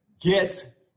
Get